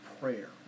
prayer